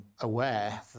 Aware